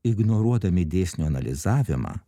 ignoruodami dėsnio analizavimą